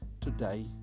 today